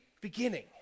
beginning